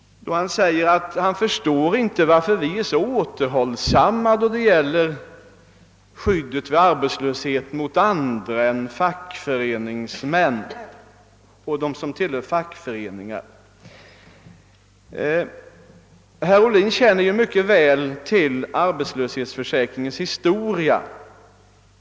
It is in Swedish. Han sade att han inte förstår varför vi är så återhållsamma då det gäller skyddet mot arbetslöshet för andra än dem som är medlemmar av fackföreningar. Herr Ohlin känner mycket väl arbetslöshetsförsäkringens historia.